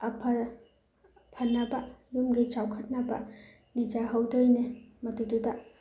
ꯐꯅꯕ ꯌꯨꯝꯒꯤ ꯆꯥꯎꯈꯠꯅꯕ ꯅꯤꯖꯍꯧꯗꯣꯏꯅꯦ ꯃꯗꯨꯗꯨꯗ